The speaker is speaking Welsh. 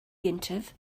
gyntaf